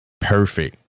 perfect